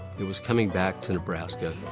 it was coming back to nebraska.